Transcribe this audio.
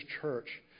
church